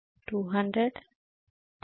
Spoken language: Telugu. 32 అనా 0